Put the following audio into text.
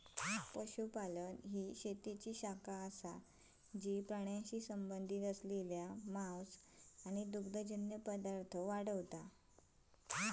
पशुपालन ही शेतीची शाखा असा जी प्राण्यांशी संबंधित असलेला मांस आणि दुग्धजन्य पदार्थ वाढवता